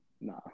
Nah